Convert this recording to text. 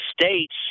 states